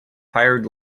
hired